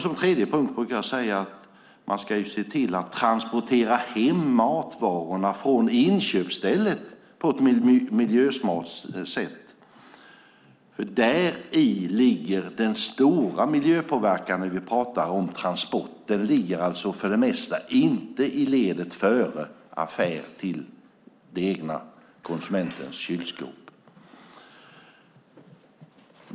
Som tredje punkt brukar jag säga att man ska se till att transportera hem matvarorna från inköpsstället på ett miljösmart sätt: Däri ligger den stora miljöpåverkan när vi talar om transporter. Den ligger alltså för det mesta inte i ledet före affären.